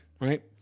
right